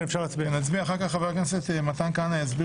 נצביע ואחר כך חבר הכנסת מתן כהנא יסביר